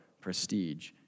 prestige